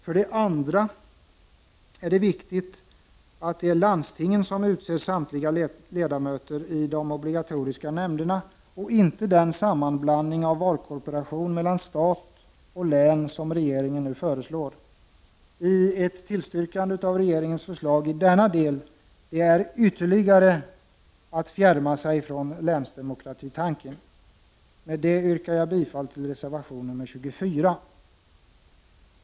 För det andra är det viktigt att det är landstingen som utser samtliga ledamöter i de obligatoriska nämnderna och inte den sammanblandning av valkorporation mellan stat och län som regeringen föreslår. Att tillstyrka regeringens förslag i denna innebär att ytterligare fjärma sig från länsdemokratitanken. Jag yrkar bifall till reservation 24.